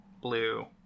blue